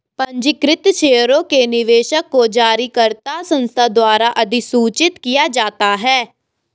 पंजीकृत शेयरों के निवेशक को जारीकर्ता संस्था द्वारा अधिसूचित किया जाता है